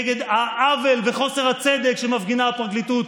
נגד העוול וחוסר הצדק שמפגינה הפרקליטות,